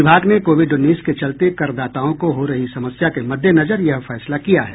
विभाग ने कोविड उन्नीस के चलते करदाताओं को हो रही समस्या के मद्देनजर यह फैसला किया है